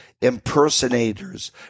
impersonators